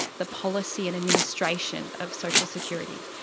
the policy and administration of social security.